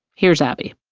here's abby